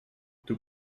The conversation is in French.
tout